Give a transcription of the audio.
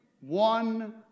one